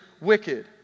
wicked